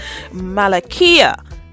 Malakia